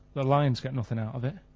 the lions get nothing out of it,